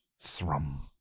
thrum